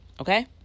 okay